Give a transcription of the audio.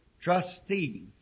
trustee